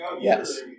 Yes